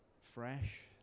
fresh